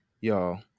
Y'all